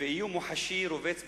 ואיום מוחשי רובץ בפתחן.